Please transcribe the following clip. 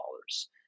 dollars